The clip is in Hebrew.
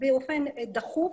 באופן דחוף,